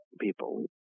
people